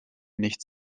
nichts